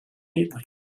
neatly